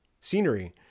scenery